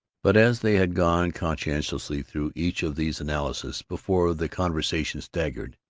but as they had gone conscientiously through each of these analyses before, the conversation staggered.